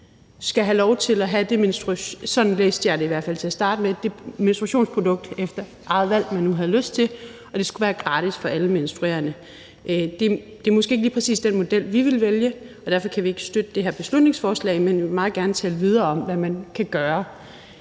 som om man skal have det menstruationsprodukt, som man efter eget valg nu har lyst til, og at det skal være gratis for alle menstruerende. Det er måske ikke lige præcis den model, som vi ville vælge, og derfor kan vi ikke støtte det her beslutningsforslag. Men vi vil meget gerne tale videre om, hvad man kan gøre